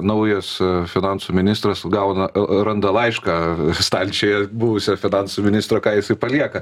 naujas finansų ministras gauna randa laišką stalčiuje buvusio finansų ministro ką jisai palieka